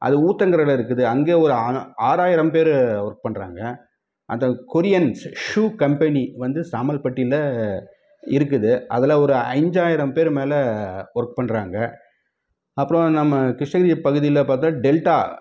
அது ஊத்தங்கரையில் இருக்குது அங்கே ஒரு ஆறா ஆறாயிரம் பேர் ஒர்க் பண்ணுறாங்க அது கொரியன்ஸ் ஷூ கம்பெனி வந்து சாம்பல்பாட்டியில் இருக்குது அதில் ஒரு அஞ்சாயிரம் பேர் மேலே ஒர்க் பண்ணுறாங்க அப்புறம் நம்ம கிருஷ்ணகிரி பகுதியில் பார்த்தா டெல்டா